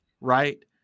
right